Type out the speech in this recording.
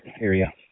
area